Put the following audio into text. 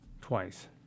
twice